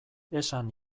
esan